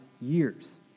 years